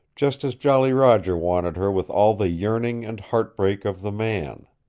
just as jolly roger wanted her with all the yearning and heartbreak of the man.